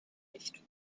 nicht